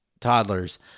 toddlers